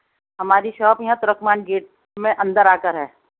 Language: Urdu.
ہماری شاپ یہاں ترکمان گیٹ میں اندر آ کر ہے